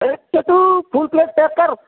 اوے چھوٹو full plate pack کر